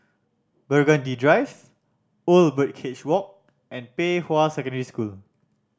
Burgundy Drive Old Birdcage Walk and Pei Hwa Secondary School